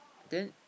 then